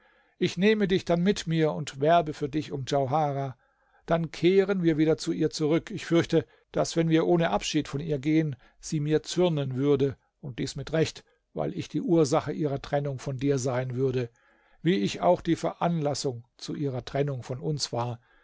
ich nehme dich dann mit mir und werbe für dich um djauharah dann kehren wir wieder zu ihr zurück ich fürchte daß wenn wir ohne abschied von ihr gehen sie mir zürnen würde und dies mit recht weil ich die ursache ihrer trennung von dir sein würde wie ich auch die veranlassung zu ihrer trennung von uns war